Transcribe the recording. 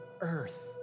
earth